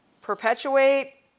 perpetuate